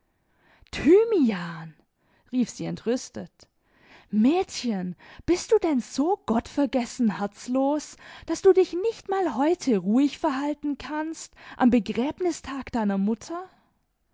thymian v rief sie entrüstet mädchen bist du denn so gottvergessen herzlos daß du dich nicht mal heute ruhig verhalten kannst am begräbnistag deiner mutter